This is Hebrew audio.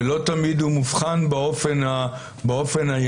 ולא תמיד הוא מובחן באופן הישיר,